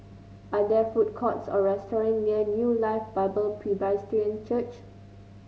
are there food courts or restaurants near New Life Bible Presbyterian Church